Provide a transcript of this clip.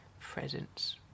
presence